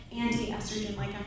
anti-estrogen-like